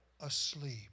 asleep